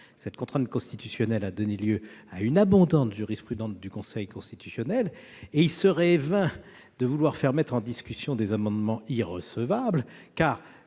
une contrainte constitutionnelle, laquelle a donné lieu à une abondante jurisprudence du Conseil constitutionnel. Il serait vain de vouloir faire mettre en discussion des amendements irrecevables, car